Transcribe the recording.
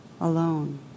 alone